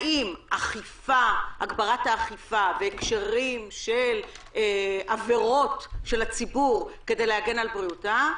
האם הגברת האכיפה בהקשרים של עבירות של הציבור כדי להגן על בריאותו,